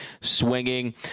swinging